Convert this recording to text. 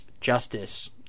Justice